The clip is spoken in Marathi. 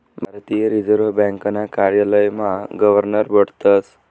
भारतीय रिजर्व ब्यांकना कार्यालयमा गवर्नर बठतस